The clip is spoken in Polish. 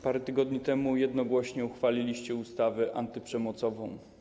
Parę tygodni temu jednogłośnie uchwaliliście państwo ustawę antyprzemocową.